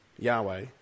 Yahweh